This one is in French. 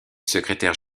secrétaire